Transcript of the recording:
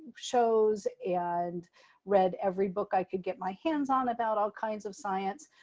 shows and read every book i could get my hands on about all kinds of science.